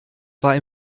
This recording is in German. war